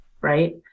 right